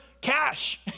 cash